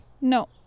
No